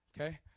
okay